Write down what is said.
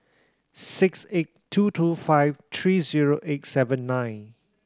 six eight two two five three zero eight seven nine